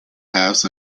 paths